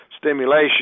stimulation